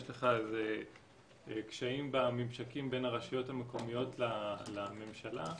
לך הם קשיים בממשקים בין הרשויות המקומיות לממשלה,